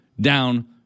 down